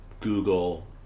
Google